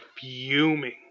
fuming